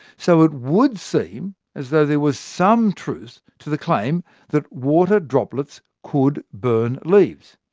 so it would seem as though there was some truth to the claim that water droplets could burn leaves.